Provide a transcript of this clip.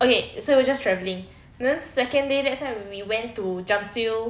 okay so we just travelling cause second day that's why we went to jamsil